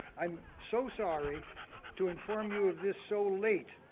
i'm so sorry to inform you of this so late,